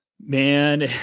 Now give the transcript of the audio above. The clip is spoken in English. man